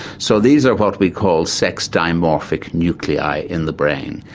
so these are what we call sex dimorphic nuclei in the brain,